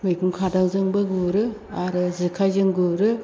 मैगं खादाजोंबो गुरो आरो जेखायजों गुरो